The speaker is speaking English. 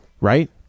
right